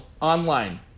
online